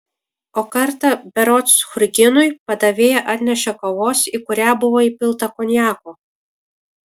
o kartą berods churginui padavėja atnešė kavos į kurią buvo įpilta konjako